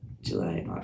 July